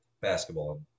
basketball